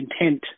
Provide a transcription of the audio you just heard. intent